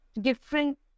different